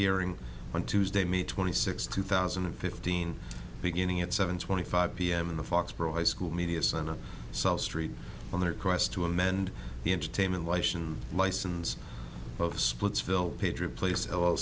hearing on tuesday may twenty sixth two thousand and fifteen beginning at seven twenty five p m in the foxboro high school media center south street on their quest to amend the entertainment license of splitsville patriot place